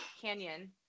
Canyon